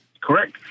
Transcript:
Correct